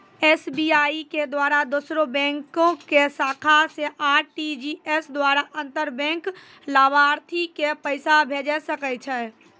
SBI के द्वारा दोसरो बैंको के शाखा से आर.टी.जी.एस द्वारा अंतर बैंक लाभार्थी के पैसा भेजै सकै छै